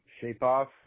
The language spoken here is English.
shape-off